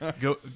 Go